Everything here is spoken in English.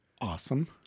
awesome